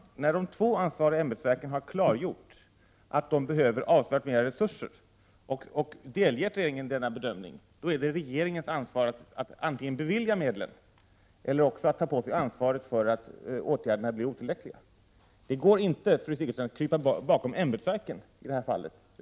Herr talman! När de två ansvariga ämbetsverken har klargjort att de behöver avsevärt mera resurser och har delgivit regeringen denna bedömning är det regeringens ansvar att antingen bevilja medlen eller ta på sig ansvaret för att åtgärderna blir otillräckliga. Det går inte, fru Sigurdsen, att krypa bakom ämbetsverken i det här fallet.